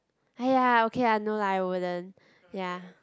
!aiya! okay lah no lah I wouldn't ya